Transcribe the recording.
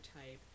type